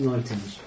items